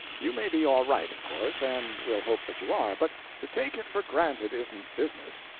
you may be all right, of course, and we'll hope that you are but to take it for granted isn't business.